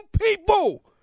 people